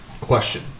Question